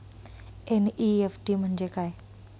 NEFT म्हणजे काय?